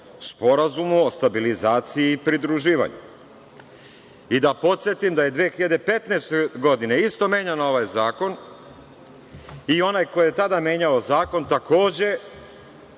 obavezu po SSP i pridruživanju. Da podsetim da je 2015. godine isto menjan ovaj zakon i onaj ko je tada menjao zakon, takođe